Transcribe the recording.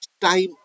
time